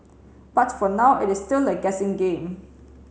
but for now it is still a guessing game